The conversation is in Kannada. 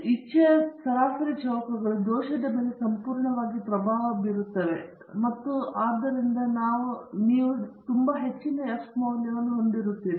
ಇಚ್ಛೆಯ ಸರಾಸರಿ ಚೌಕಗಳು ದೋಷದ ಮೇಲೆ ಸಂಪೂರ್ಣವಾಗಿ ಪ್ರಭಾವ ಬೀರುತ್ತವೆ ಮತ್ತು ಆದ್ದರಿಂದ ನೀವು ತುಂಬಾ ಹೆಚ್ಚಿನ F ಮೌಲ್ಯವನ್ನು ಹೊಂದಿರುತ್ತೀರಿ